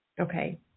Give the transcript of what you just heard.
Okay